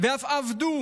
ואף עבדו,